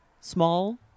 small